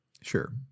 Sure